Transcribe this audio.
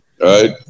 right